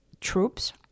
troops